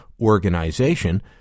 Organization